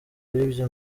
bibye